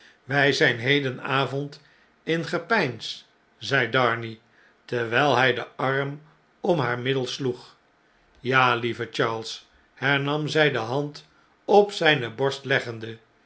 wij zijn hedenavond in gepeins zei darnay terwijl hij den arm om naar middel sloeg ja lieve charles hernam zij de hand op zijne borst leggende